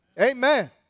amen